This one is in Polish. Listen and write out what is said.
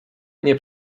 nie